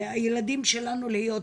והילדים שלנו ימשיכו להיות בסכנה.